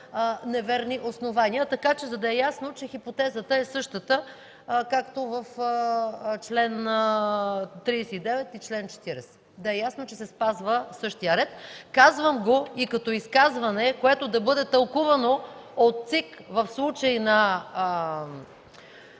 неверни основания. За да е ясно, че хипотезата е същата, както в чл. 39 и чл. 40 – че спазва същия ред, казвам го и като изказване, което да бъде тълкувано от ЦИК в случай на